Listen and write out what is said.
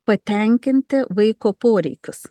patenkinti vaiko poreikius